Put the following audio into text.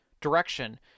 direction